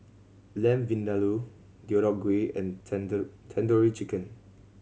Lamb Vindaloo Deodeok Gui and Tandoori Chicken